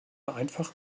einfach